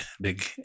big